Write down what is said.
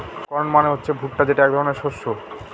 corn মানে হচ্ছে ভুট্টা যেটা এক ধরনের শস্য